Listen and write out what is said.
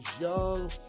young